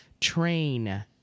Train